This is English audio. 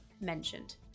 mentioned